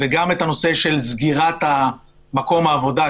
וגם את הנושא של סגירת מקום העבודה,